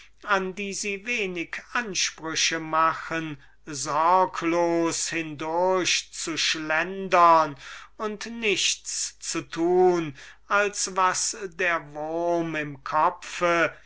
an die sie wenig ansprüche machen hindurchzuschlentern und nichts zu tun als was der wurm im kopf